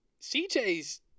CJ's